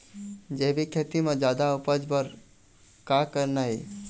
जैविक खेती म जादा उपज बर का करना ये?